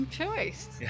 choice